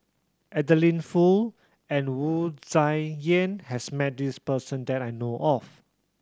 Adeline Foo and Wu Tsai Yen has met this person that I know of